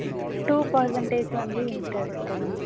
ம் two percentage வந்து இன்ட்ரெஸ்ட்டுங்க